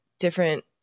Different